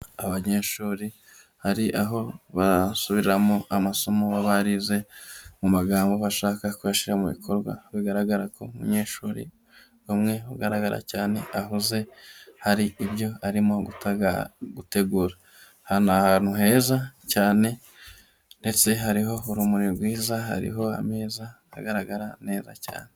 Abanyeshuri hari aho basubiriramo amasomo baba barize mu magambo bashaka kuyashyira mu bikorwa, bigaragara ko umunyeshuri umwe ugaragara cyane ahoze hari ibyo arimo gutegura, aha ni ahantu heza cyane ndetse hariho urumuri rwiza hariho ameza agaragara neza cyane.